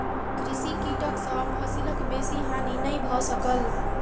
कृषि कीटक सॅ फसिलक बेसी हानि नै भ सकल